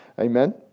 Amen